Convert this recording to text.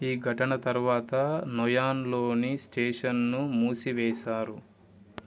ఈ ఘటన తర్వాత నయాన్లోని స్టేషన్ను మూసివేశారు